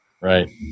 Right